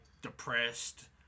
depressed